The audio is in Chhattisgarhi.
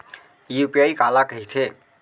यू.पी.आई काला कहिथे?